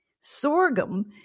Sorghum